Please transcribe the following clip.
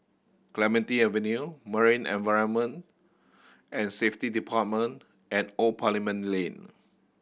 Clementi Avenue Marine Environment and Safety Department and Old Parliament Lane